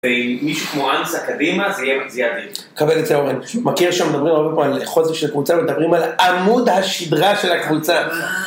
אם מישהוא כמו אנסה קדימה זה יהיה אדיר. מקבל את זה אורן, מכיר שמדברים הרבה פעם על חוזק של קבוצה ומדברים על עמוד השדרה של הקבוצה.